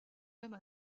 même